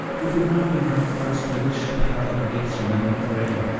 it would not be right for us to wish to have our griefs remembered for ever,